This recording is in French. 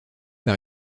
par